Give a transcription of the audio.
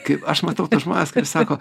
kaip aš matau tuos žmones kurie sako